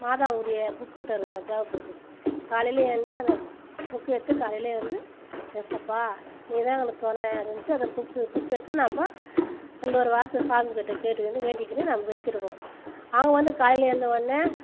மாதாவுடைய book தருவாங்க ஜெப book காலையில் எழுந்து அதை புக்கை எடுத்து காலையிலே வந்து ஏசப்பா நீ தான் எங்களுக்கு துணை அப்படின்ட்டு அது புக்கு புக்கு எடுத்து நம்ம இன்னொரு வார்த்தை சாமி கிட்டே கேட்டுக்கின்னு வேண்டிக்கின்னு நம்ம வச்சுருவோம் அவங்க வந்து காலையிலே எழுந்த உடனே